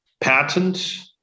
patent